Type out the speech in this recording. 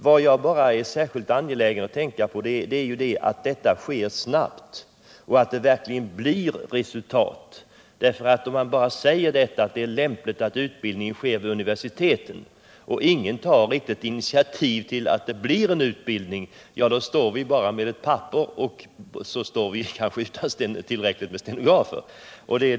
Vad jag i sammanhanget är angelägen om att framhålla är att arbetet med detta bör ske snabbt och att förslagen verkligen bör komma till utförande. Att bara säga att det är lämpligt att utbildning sker vid universitet utan att någon tar initiativ till att få denna utbildning till stånd kan ju få till följd att vi står där utan tillräckligt många stenografer.